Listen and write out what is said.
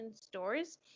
stores